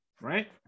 right